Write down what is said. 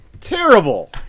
Terrible